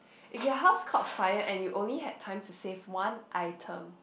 if your house caught fire and you only have time to save one item